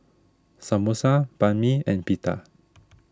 Samosa Banh Mi and Pita